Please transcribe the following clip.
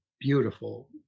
beautiful